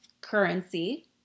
currency